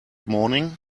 morning